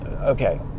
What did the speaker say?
Okay